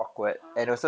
mm